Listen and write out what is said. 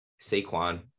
Saquon